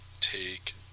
take